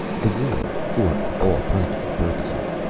the war, for all practical purposes,